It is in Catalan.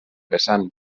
vessant